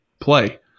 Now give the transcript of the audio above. play